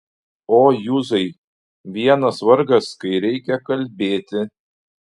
o juzai vienas vargas kai reikia kalbėti